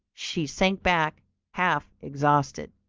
she sank back half exhausted.